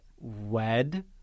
Wed